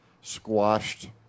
Squashed